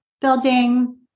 building